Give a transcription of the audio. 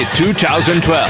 2012